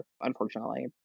unfortunately